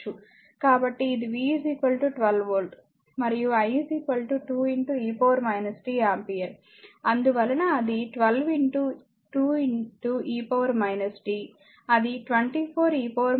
కాబట్టి ఇది v 12 volt మరియు i 2 e t ఆంపియర్ అందువలన అది 12 2e t అది 24 e t వాట్ అవుతుంది